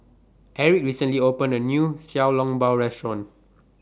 Erick recently opened A New Xiao Long Bao Restaurant